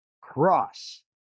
Cross